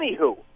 anywho